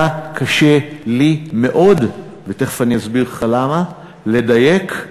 היה לי קשה מאוד, ותכף אסביר לך למה, לדייק,